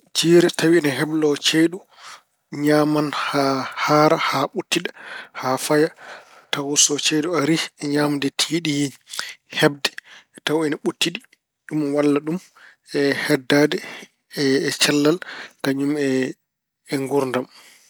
Jiire so tawi ko ine heblo ceeɗu, ñaaman haa haara, haa ɓuttiɗa, haa faya tawa so ceeɗu ari, ñaamde tiiɗi heɓde, tawa ine ɓuttiɗi. Ɗum walla ɗum e heddaade e cellal kañum e nguurdam.